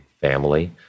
family